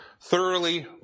thoroughly